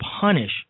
punish